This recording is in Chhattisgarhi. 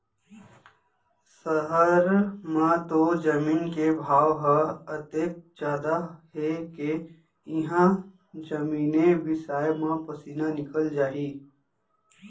सहर म तो जमीन के भाव ह अतेक जादा हे के इहॉं जमीने बिसाय म पसीना निकल जाही